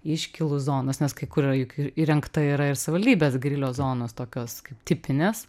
iškylų zonos nes kai kur juk yra įrengta yra ir savivaldybės grilio zonos tokios kaip tipinės